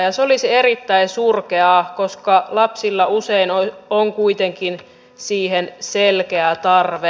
se olisi erittäin surkeaa koska lapsilla usein on kuitenkin siihen selkeä tarve